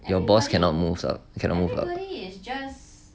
your boss cannot move or cannot move up